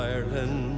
Ireland